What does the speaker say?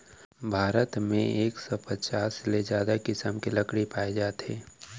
भारत म एक सौ पचास ले जादा किसम के लकड़ी पाए जाथे